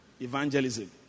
evangelism